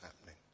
happening